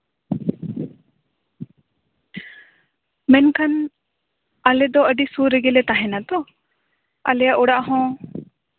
ᱢᱮᱱᱠᱷᱟᱱ ᱟᱞᱮ ᱫᱚ ᱟᱹᱰᱤ ᱥᱩ ᱨᱮᱜᱮ ᱞᱮ ᱛᱟᱦᱮᱸᱱᱟ ᱛᱚ ᱟᱞᱮᱭᱟᱜ ᱚᱲᱟᱜ ᱦᱚᱸ